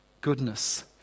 goodness